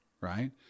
right